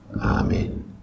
Amen